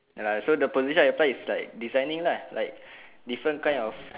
ya lah so the position I apply is like designing lah like different kind of